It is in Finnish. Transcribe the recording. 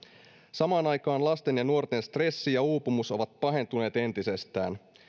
samaan aikaan lasten ja nuorten stressi ja uupumus ovat pahentuneet entisestään